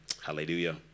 hallelujah